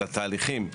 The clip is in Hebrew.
התהליכים.